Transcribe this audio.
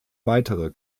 weitere